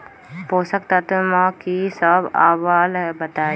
पोषक तत्व म की सब आबलई बताई?